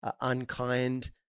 unkind